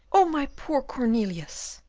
oh, my poor cornelius!